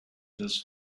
this